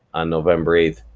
on november eighth,